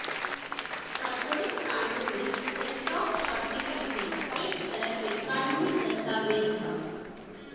corporate कानून में, stock certificate एक तरह के कानूनी दस्तावेज ह